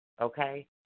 okay